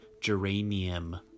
geranium